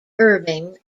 irving